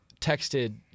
texted